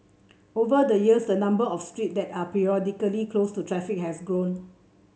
over the years the number of streets that are periodically closed to traffic has grown